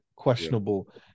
questionable